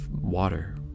water